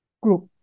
group